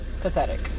pathetic